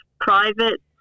private